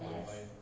ass